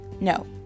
No